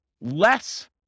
less